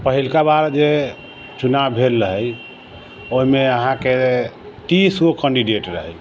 तऽ पहिलका बार जे चुनाव भेल रहै ओहिमे अहाँके तीस गो कंडिडेट रहै